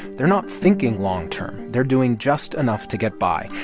they're not thinking long term. they're doing just enough to get by.